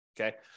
okay